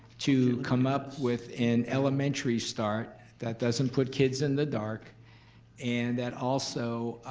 to come up with an elementary start that doesn't put kids in the dark and that also.